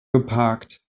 geparkt